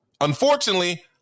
Unfortunately